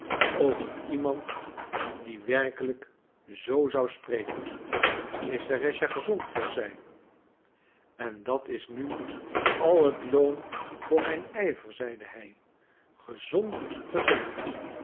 over iemand die werkelijk zoo zou spreken is serëscha gezond vroeg zij en dat is nu al het loon voor mijn ijver zeide hij gezond gezond